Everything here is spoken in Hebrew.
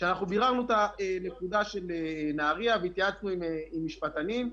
כאשר ביררנו את הנקודה של נהריה והתייעצנו עם משפטנים,